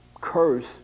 curse